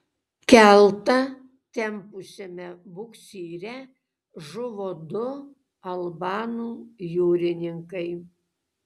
keltą tempusiame buksyre žuvo du albanų jūrininkai